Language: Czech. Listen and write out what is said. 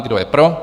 Kdo je pro?